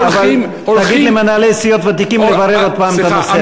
אבל תגיד למנהלי סיעות ותיקים לברר עוד פעם את הנושא הזה.